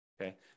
okay